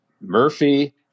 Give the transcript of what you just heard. Murphy